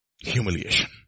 Humiliation